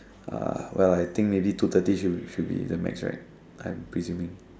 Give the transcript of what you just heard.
uh well I think maybe two thirty should should be the max right I'm presuming